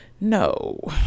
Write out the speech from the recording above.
no